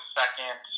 second